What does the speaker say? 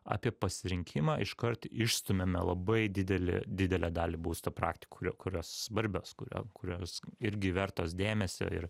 apie pasirinkimą iškart išstumiame labai didelį didelę dalį būsto praktikų kurio kurios svarbios kuria kurios irgi vertos dėmesio ir